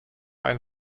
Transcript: ein